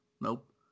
nope